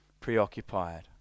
preoccupied